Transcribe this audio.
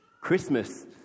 Christmas